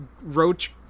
roach